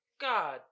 God